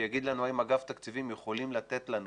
שיגיד לנו האם אגף התקציבים יכולים לתת לנו